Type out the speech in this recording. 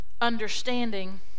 understanding